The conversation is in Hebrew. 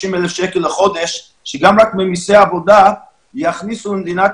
50,000 שקל לחודש שגם רק ממיסי עבודה יכניסו למדינת